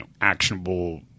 actionable